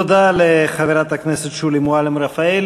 תודה לחברת הכנסת שולי מועלם-רפאלי.